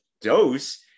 dose